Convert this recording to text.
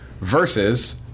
versus